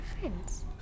friends